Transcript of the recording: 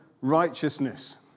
righteousness